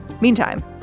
Meantime